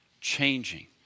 changing